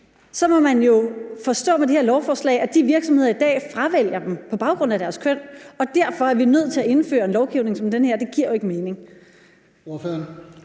så må man jo med det her lovforslag forstå, at de virksomheder i dag fravælger dem på baggrund af deres køn, og derfor er vi nødt til at indføre en lovgivning som den her. Det giver jo ikke mening.